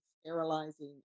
sterilizing